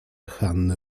hanny